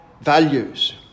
values